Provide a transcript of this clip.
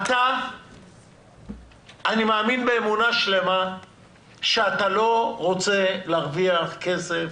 אני מאמין באמונה שלמה שאתה לא רוצה להרוויח כסף